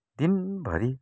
दिनभरि